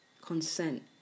consent